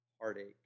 heartache